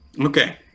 Okay